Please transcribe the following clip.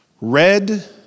red